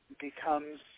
becomes